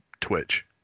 Twitch